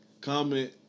comment